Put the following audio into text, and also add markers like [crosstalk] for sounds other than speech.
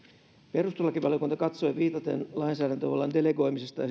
perustuslakivaliokunta katsoi viitaten lainsäädäntövallan delegoimisesta [unintelligible]